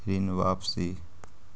ऋण वापसी?